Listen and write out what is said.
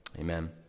amen